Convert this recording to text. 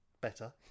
Better